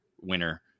winner